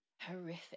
horrific